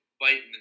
biting